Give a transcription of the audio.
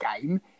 game